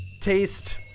taste